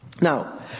Now